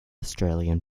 australian